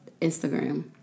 Instagram